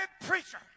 preacher